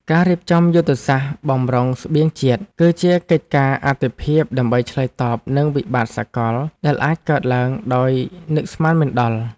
ការរៀបចំយុទ្ធសាស្ត្របម្រុងស្បៀងជាតិ គឺជាកិច្ចការអាទិភាពដើម្បីឆ្លើយតបនឹងវិបត្តិសកលដែលអាចកើតឡើងដោយនឹកស្មានមិនដល់។